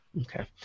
Okay